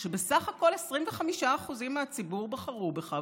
שבסך הכול 25% מהציבור בחרו בך,